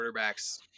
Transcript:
quarterbacks